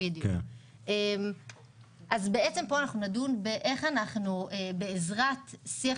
אז בעצם פה אנחנו נדון איך אנחנו בעזרת שיח